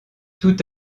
tout